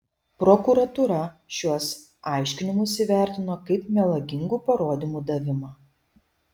prokuratūra šiuos aiškinimus įvertino kaip melagingų parodymų davimą